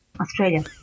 Australia